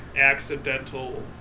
accidental